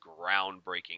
groundbreaking